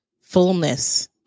fullness